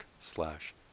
slash